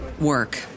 work